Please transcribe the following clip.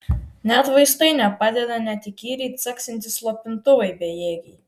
net vaistai nepadeda net įkyriai caksintys slopintuvai bejėgiai